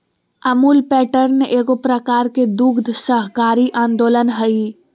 Amul pattern एगो प्रकार के दुग्ध सहकारी आन्दोलन हइ